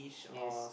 yes